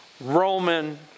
Roman